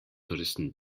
touristen